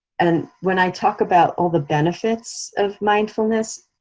and when i talk about all the benefits of mindfulness,